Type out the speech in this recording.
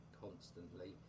constantly